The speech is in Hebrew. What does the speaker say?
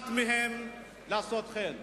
נמנעת מהם האפשרות לעשות כן.